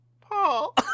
Paul